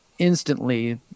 instantly